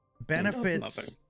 benefits